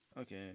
okay